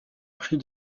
prix